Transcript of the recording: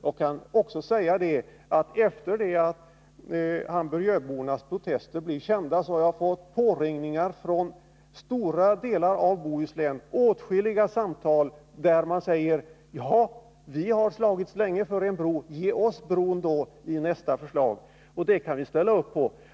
Jag kan också säga att efter det att Hamburgöbornas protester blev kända har jag fått många påringningar från stora delar av Bohuslän. Det har varit åtskilliga samtal, där man sagt: ”Vi har slagits länge för en bro. Ge då oss bron i nästa förslag.” Det kan vi ställa upp bakom.